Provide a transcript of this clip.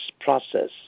process